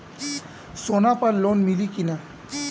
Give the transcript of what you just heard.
सोना पर लोन मिली की ना?